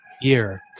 year